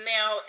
Now